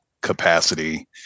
capacity